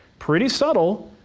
pretty subtle,